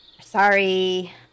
sorry